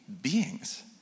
beings